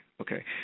Okay